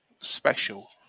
special